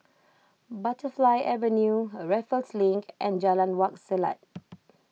Butterfly Avenue Raffles Link and Jalan Wak Selat